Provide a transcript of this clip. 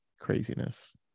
craziness